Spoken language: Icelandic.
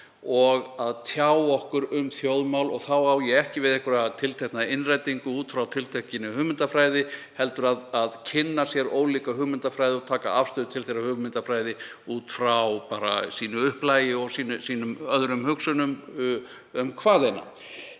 og tjá okkur um þau. Þá á ég ekki við einhverja ákveðna innrætingu út frá tiltekinni hugmyndafræði heldur að kynna sér ólíka hugmyndafræði og taka afstöðu til þeirrar hugmyndafræði út frá upplagi sínu og öðrum hugsunum um hvaðeina.